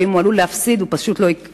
ואם הוא עלול להפסיד הוא לא יפתח.